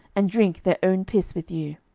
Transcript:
and drink their own piss with you?